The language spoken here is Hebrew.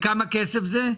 כמה כסף זה?